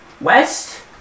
west